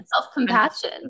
Self-compassion